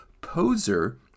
Poser